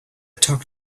talk